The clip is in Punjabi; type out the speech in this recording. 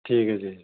ਠੀਕ ਹੈ ਜੀ